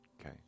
Okay